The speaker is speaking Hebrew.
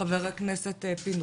חבר הכנסת פינדרוס.